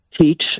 teach